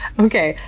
okay,